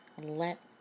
let